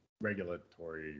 regulatory